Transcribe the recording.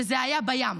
שזה היה בים.